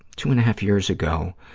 two and a half years ago,